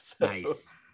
Nice